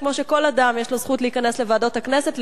כמו שלכל אדם יש זכות להיכנס לוועדות הכנסת.